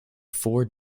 four